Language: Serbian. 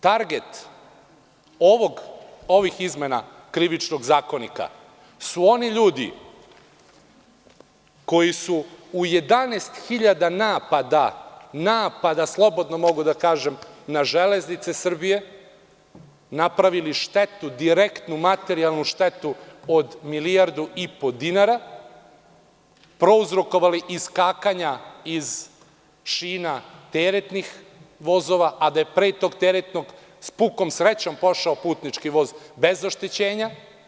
Target ovih izmena Krivičnog zakonika su oni ljudi koji su u 11.000 napada, slobodno mogu da kažem napada, na „Železnice Srbije“ napravili direktnu materijalnu štetu od milijardu i po dinara, prouzrokovali iskakanja iz šina teretnih vozova, a da je pre tog teretnog s pukom srećom prošao putnički voz bez oštećenja.